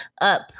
up